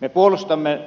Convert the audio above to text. me puolustamme